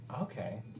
Okay